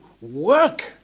work